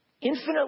Infinitely